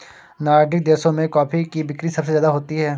Nordic देशों में coffee की बिक्री सबसे ज्यादा होती है